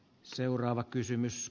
arvoisa puhemies